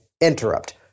interrupt